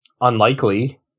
unlikely